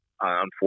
unfortunately